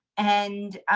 and